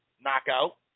knockout